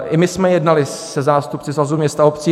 I my jsme jednali se zástupci Svazu města a obcí.